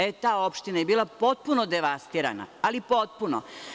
E, ta opština je bila potpuno devastirana, ali potpuno.